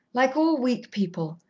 like all weak people,